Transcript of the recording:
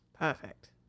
Perfect